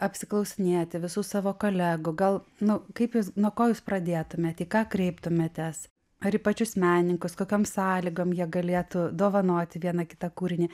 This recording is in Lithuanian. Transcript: apsiklausinėti visų savo kolegų gal nu kaip jūs nuo ko jūs pradėtumėt į ką kreiptumėtės ar į pačius menininkus kokiom sąlygom jie galėtų dovanoti vieną kitą kūrinį